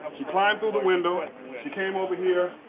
she climbed through the window, and she came over here,